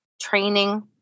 training